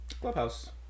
Clubhouse